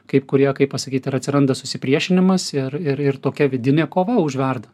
kaip kurie kaip pasakyt ir atsiranda susipriešinimas ir ir ir tokia vidinė kova užverda